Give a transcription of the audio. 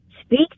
speak